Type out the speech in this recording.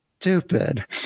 stupid